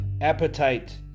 Appetite